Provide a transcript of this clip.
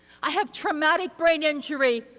i have traumatic brain injury.